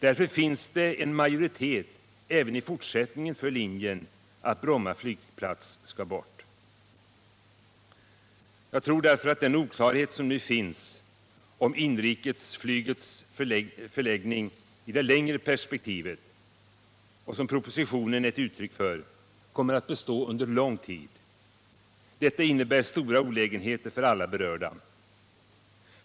Därför finns det en majoritet även i fortsättningen för linjen att Bromma flygplats skall bort. Jag tror att den oklarhet som nu finns om inrikesflygets förläggning i det längre perspektivet — och som propositionen är ett uttryck för — kommer att bestå under lång tid. Detta innebär stora olägenheter för alla berörda.